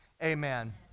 Amen